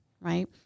right